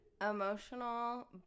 emotional